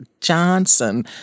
Johnson